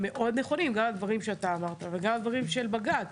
גם הדברים שאמרת וגם הדברים של בג"ץ.